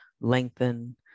lengthen